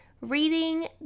reading